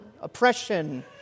oppression